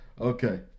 Okay